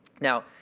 now,